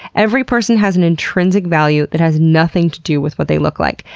every person has an intrinsic value that has nothing to do with what they look like.